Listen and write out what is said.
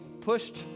pushed